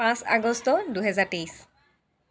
পাঁচ আগষ্ট দুহেজাৰ তেইছ